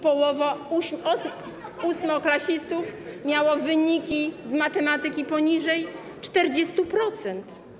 Połowa ósmoklasistów miała wyniki z matematyki poniżej 40%.